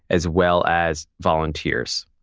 as well as volunteers.